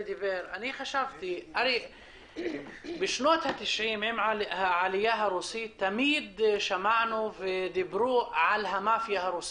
חשבתי שבשנות ה-90 עם העלייה הרוסית שמענו ודברו על המאפיה הרוסית.